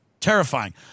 Terrifying